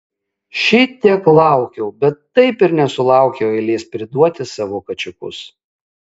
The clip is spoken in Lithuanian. šitiek laukiau bet taip ir nesulaukiau eilės priduoti savo kačiukus